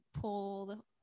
pull